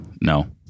No